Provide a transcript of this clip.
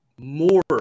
More